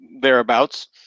thereabouts